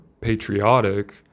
patriotic